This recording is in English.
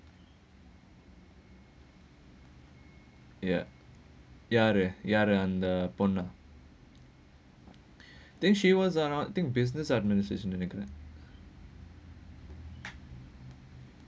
ya யார் யாரோ அதே பொண்ணு:yaar yaaro anthae ponnu lah think she was or not think business administration think